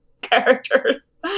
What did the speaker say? characters